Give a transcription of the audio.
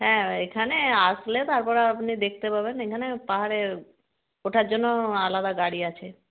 হ্যাঁ এখানে আসলে তারপর আপনি দেখতে পাবেন এখানে পাহাড়ে ওঠার জন্য আলাদা গাড়ি আছে